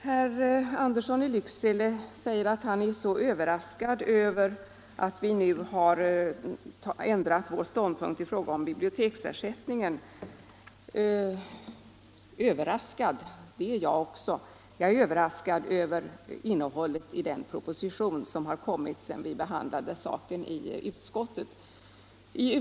Herr Andersson i Lycksele säger att han är överraskad över att vi nu har ändrat vår ståndpunkt i fråga om biblioteksersättningen. Överraskad är jag också — över innehållet i den proposition som lagts fram sedan vi behandlade saken i utskottet.